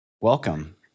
Welcome